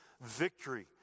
victory